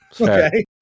Okay